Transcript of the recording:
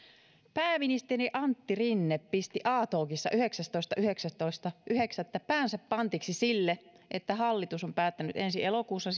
pääministeri antti rinne pisti a talkissa yhdeksästoista yhdeksästoista yhdeksättä päänsä pantiksi sille että hallitus on päättänyt ensi elokuussa